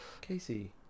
Casey